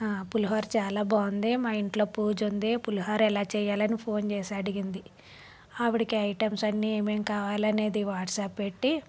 పులిహోర చాలా బాగుంది మా ఇంట్లో పూజ ఉంది పులిహోర ఎలా చేయాలని ఫోన్ చేసి అడిగింది ఆవిడకి ఐటమ్స్ అన్ని ఏమేం కావాలనేది వాట్సాప్ పెట్టి